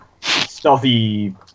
stealthy